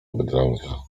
bydlęcia